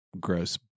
gross